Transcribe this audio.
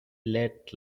let